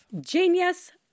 genius